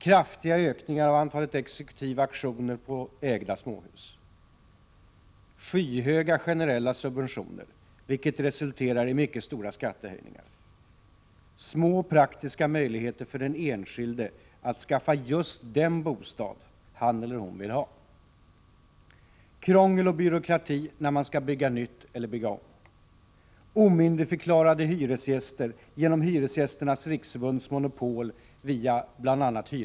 Kraftiga ökningar av antalet exekutiva auktioner på ägda småhus. Skyhöga, generella subventioner, vilket resulterat i mycket stora skattehöjningar. Små praktiska möjligheter för den enskilde att skaffa just den bostad han eller hon vill ha.